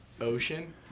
ocean